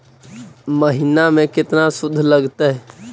महिना में केतना शुद्ध लगतै?